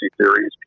theories